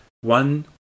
one